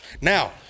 Now